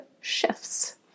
shifts